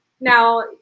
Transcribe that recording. now